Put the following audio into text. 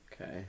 Okay